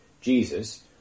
Jesus